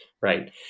right